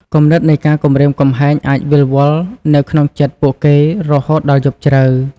គំនិតនៃការគំរាមកំហែងអាចវិលវល់នៅក្នុងចិត្តពួកគេរហូតដល់យប់ជ្រៅ។